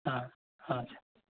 ᱦᱮᱸ ᱦᱮᱸ